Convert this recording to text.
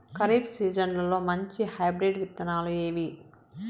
ఖరీఫ్ సీజన్లలో మంచి హైబ్రిడ్ విత్తనాలు ఏవి